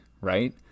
right